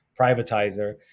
privatizer